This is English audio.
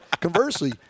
conversely